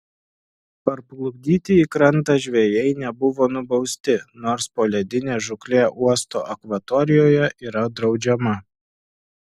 parplukdyti į krantą žvejai nebuvo nubausti nors poledinė žūklė uosto akvatorijoje yra draudžiama